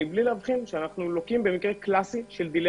בלי להבחין שאנחנו לוקים בדילמת האסיר.